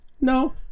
No